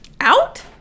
Out